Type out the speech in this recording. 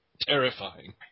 terrifying